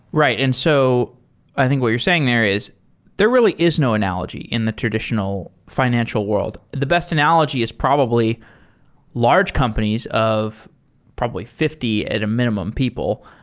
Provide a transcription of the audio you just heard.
right. and so i think what you're saying there is there really is no analogy in the traditional fi nancial world. the best analogy is probably large companies of probably fifty at a minimum people,